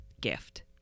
gift